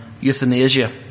euthanasia